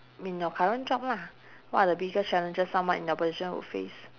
mean your current job lah what are the biggest challenges someone in your position would face